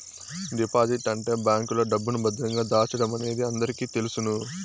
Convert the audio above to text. deposit అంటే బ్యాంకులో డబ్బును భద్రంగా దాచడమనేది అందరికీ తెలుసును